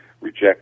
reject